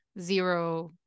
zero